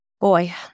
boy